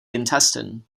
intestine